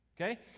okay